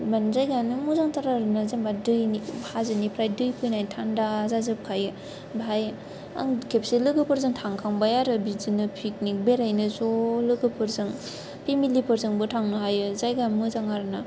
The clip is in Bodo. माने जायगायानो मोजांथार आरो ना जेनेबा दैनि हाजोनिफ्राय दै फैनाय थान्दा जाजोबखायो बेहाय आं खेबसे लोगोफोरजों थांखांबाय आरो बिदिनो पिकनिक बेरायहैनो ज' लोगोफोरजों फेमिलिफोरजोंबो थांनो हायो जायगायाबो मोजां आरो ना